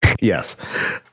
Yes